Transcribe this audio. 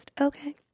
Okay